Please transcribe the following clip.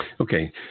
Okay